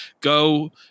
Go